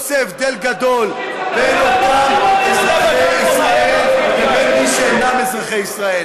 ישראל עוד 200,000 אזרחים שהם לא נאמנים למדינה,